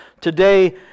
today